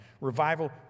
Revival